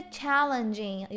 challenging